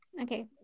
Okay